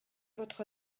votre